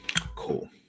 Cool